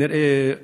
כנראה,